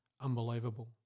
unbelievable